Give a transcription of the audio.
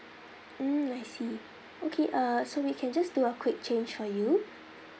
mm I see okay uh so we can just do a quick change for you